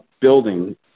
building